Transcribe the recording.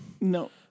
No